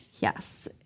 Yes